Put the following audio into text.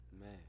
Man